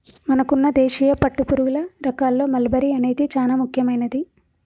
మనకున్న దేశీయ పట్టుపురుగుల రకాల్లో మల్బరీ అనేది చానా ముఖ్యమైనది